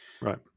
right